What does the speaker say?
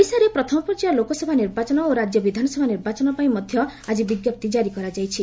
ଓଡ଼ିଶାରେ ପ୍ରଥମ ପର୍ଯ୍ୟାୟ ଲୋକସଭା ନିର୍ବାଚନ ଓ ରାଜ୍ୟ ବିଧାନସଭା ନିର୍ବାଚନ ପାଇଁ ମଧ୍ୟ ଆକି ବିଜ୍ଞପ୍ତି ଜାରି କରାଯାଇଛି